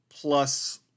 Plus